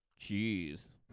Jeez